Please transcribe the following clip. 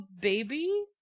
baby